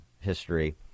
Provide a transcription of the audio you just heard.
history